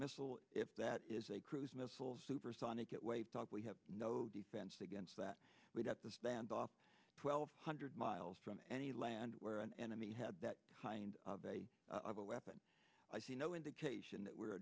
missile if that is a cruise missiles supersonic it way thought we have no defense against that but at the standoff twelve hundred miles from any land where an enemy had that kind of a of a weapon i see no indication that we're